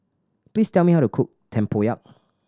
please tell me how to cook tempoyak